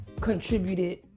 contributed